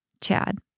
Chad